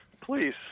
Please